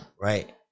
right